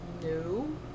No